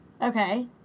Okay